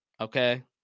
okay